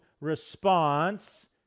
response